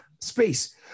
space